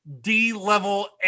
D-level